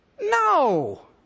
No